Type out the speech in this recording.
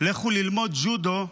לכו ללמוד ג'ודו,